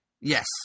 Yes